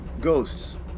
ghosts